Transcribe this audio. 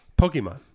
Pokemon